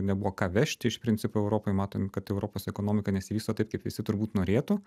nebuvo ką vežti iš principo europoj matom kad europos ekonomika nesivysto taip kaip visi turbūt norėtų